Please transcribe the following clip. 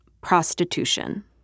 prostitution